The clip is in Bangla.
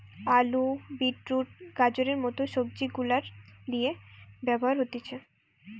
আলু, বিট রুট, গাজরের মত সবজি গুলার লিয়ে ব্যবহার হতিছে